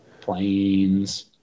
Planes